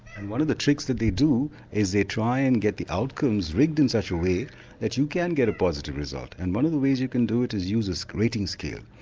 and one of the tricks that they do is they try and get the outcomes rigged in such a way that you can get a positive result and one of the ways you can do it is use a so rating scale.